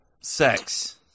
Sex